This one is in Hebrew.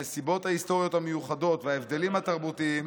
הנסיבות ההיסטוריות המיוחדות וההבדלים התרבותיים,